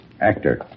Actor